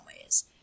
ways